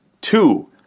Two